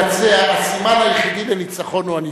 לעומת אתמול, הסימן היחידי לניצחון הוא הניצחון.